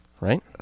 Right